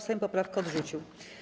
Sejm poprawkę odrzucił.